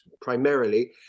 primarily